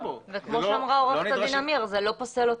וכמו שאמרה עורכת דין אמיר זה לא פוסל אותו.